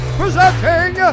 presenting